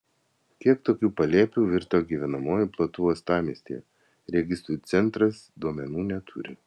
kiek tokių palėpių virto gyvenamuoju plotu uostamiestyje registrų centras duomenų neturi